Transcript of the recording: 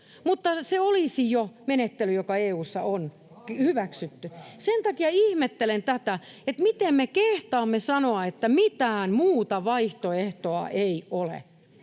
mutta se olisi jo menettely, joka EU:ssa on hyväksytty. Sen takia ihmettelen tätä, miten me kehtaamme sanoa, että mitään muuta vaihtoehtoa ei ole.